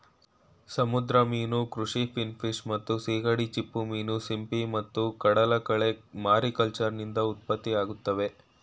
ಸಮುದ್ರ ಮೀನು ಕೃಷಿ ಫಿನ್ಫಿಶ್ ಮತ್ತು ಸೀಗಡಿ ಚಿಪ್ಪುಮೀನು ಸಿಂಪಿ ಮತ್ತು ಕಡಲಕಳೆ ಮಾರಿಕಲ್ಚರ್ನಿಂದ ಉತ್ಪತ್ತಿಯಾಗ್ತವೆ